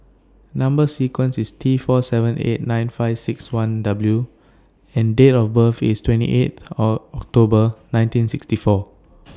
Number sequence IS T four seven eight nine five six one W and Date of birth IS twenty eighth Or October nineteen sixty four